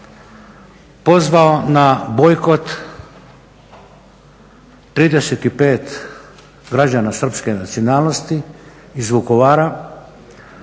pozvao na bojkot 35 građana srpske nacionalnosti iz Vukovara